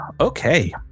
Okay